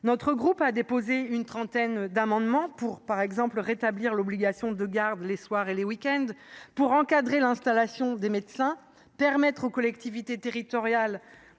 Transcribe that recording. CRCE Kanaky a déposé une trentaine d’amendements, notamment pour rétablir l’obligation de garde les soirs et les week ends, encadrer l’installation des médecins, permettre aux collectivités territoriales